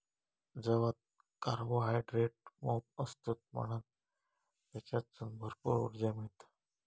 जवात कार्बोहायड्रेट मोप असतत म्हणान तेच्यासून भरपूर उर्जा मिळता